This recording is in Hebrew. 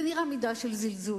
זה נראה כמידה של זלזול.